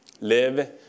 live